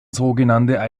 sogenannte